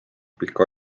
pika